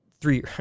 three